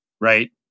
right